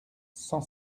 cent